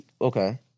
Okay